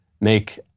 make